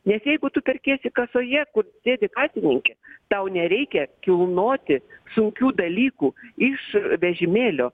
nes jeigu tu perkiesi kasoje kur sėdi kasininkė tau nereikia kilnoti sunkių dalykų iš vežimėlio